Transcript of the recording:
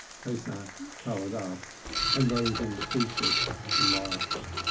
pesach colored up and those in the secret laughed